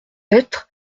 être